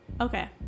Okay